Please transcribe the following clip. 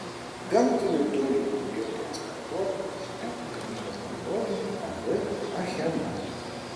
gamtinių dujų daugiau transportuota trąšų gamybos bendrovei ab achema